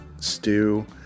stew